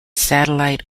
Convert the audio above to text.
satellite